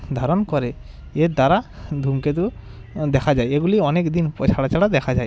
ধারণ করে এর দ্বারা ধূমকেতু দেখা যায় যেগুলি অনেক দিন পর ছাড়া ছাড়া দেখা যায়